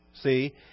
See